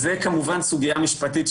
אז זה כמובן סוגייה משפטית,